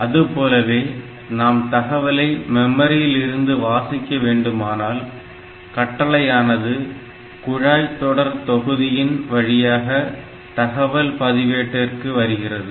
அதுபோலவே நாம் தகவலை மெமரியில் இருந்து வாசிக்க வேண்டுமானால் கட்டளையானது குழாய்தொடர்தொகுதியின் வழியாக தகவல் பதிவேட்டிற்கு வருகிறது